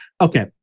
Okay